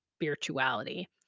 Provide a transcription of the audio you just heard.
Spirituality